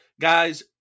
guys